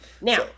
Now